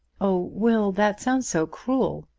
oh, will that sounds so cruel!